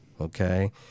okay